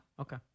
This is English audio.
Okay